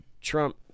Trump